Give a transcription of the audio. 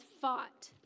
fought